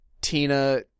Tina